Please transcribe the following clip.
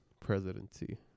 presidency